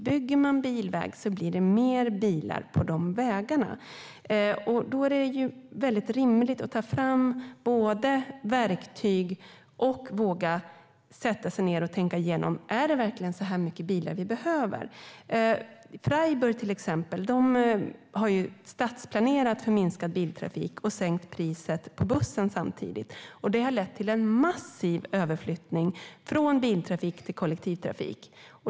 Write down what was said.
Bygger man bilväg blir det mer bilar på de vägarna. Därför är det rimligt att både ta fram verktyg och våga sätta sig ned och tänka igenom om vi verkligen behöver så här mycket bilväg. Till exempel Freiburg har ju stadsplanerat för minskad biltrafik och samtidigt sänkt priset på bussen, vilket har lett till en massiv överflyttning från biltrafik till kollektivtrafik.